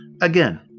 Again